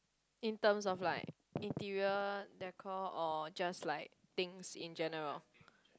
in terms of like interior deco or just like things in general